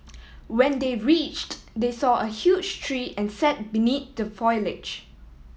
when they reached they saw a huge tree and sat beneath the foliage